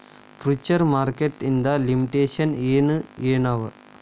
Future market ಇಂದ್ limitations ಏನ್ ಏನವ?